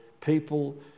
people